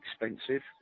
expensive